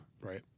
Right